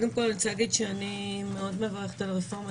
אני רוצה להגיד שאני מאוד מברכת על הרפורמה,